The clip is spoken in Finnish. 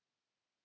Kiitos.